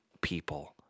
people